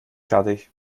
fertig